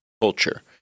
culture